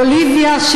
בוליביה,